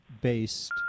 based